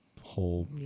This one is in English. whole